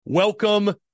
Welcome